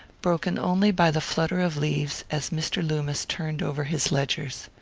broken only by the flutter of leaves as mr. loomis turned over his ledgers.